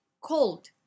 cold